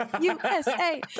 usa